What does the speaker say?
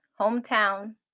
Hometown